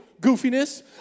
goofiness